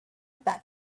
back